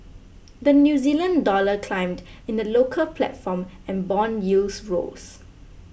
the New Zealand Dollar climbed in the local platform and bond yields rose